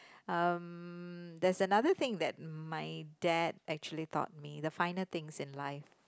um there's another thing that my dad actually taught me the finer things in life